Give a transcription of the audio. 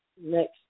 next